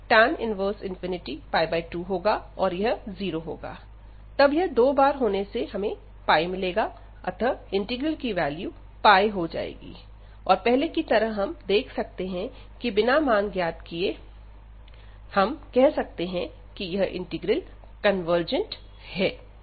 यहां tan 1 2 होगा और यह जीरो होगा तब यह दो बार होने से हमें मिलेगा अतः इंटीग्रल की वैल्यू हो जाएगी और पहले की तरह हम यह देख सकते हैं कि बिना मान ज्ञात किए हम कह सकते हैं यह इंटीग्रल कन्वर्जेंट है